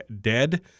dead